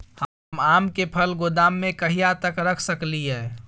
हम आम के फल गोदाम में कहिया तक रख सकलियै?